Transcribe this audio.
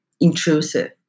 intrusive